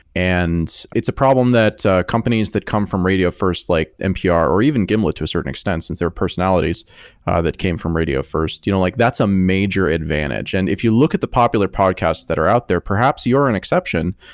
and it's a problem that ah companies that come from radio first like npr or even gimlet to a certain extent since their personalities that came from radio first. you know like that's a major advantage, and if you look at the popular podcasts that are out there, perhaps you're an exception,